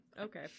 Okay